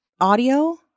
audio